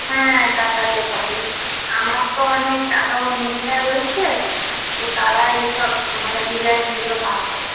হ্যাঁ কাটাতে পারি আমার তো অনেক আরও মেয়েরা রয়েছে তো তারা এই সব মানে ডিজাইনগুলো বানায়